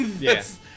Yes